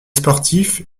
sportifs